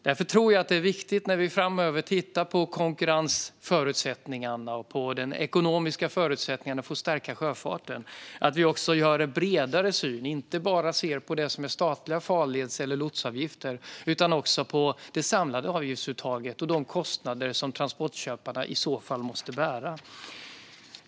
Därför tror jag att det är viktigt när vi framöver tittar på konkurrensförutsättningarna och de ekonomiska förutsättningarna för att stärka sjöfarten att vi också gör en bredare översyn och inte bara ser på det som är statliga farleds eller lotsavgifter utan också tittar på det samlade avgiftsuttaget och de kostnader som transportköparna i så fall måste bära.